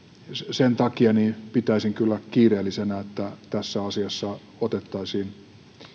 sen takia pitäisin kyllä kiireellisenä että tässä asiassa otettaisiin